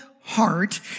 heart